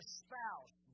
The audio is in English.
spouse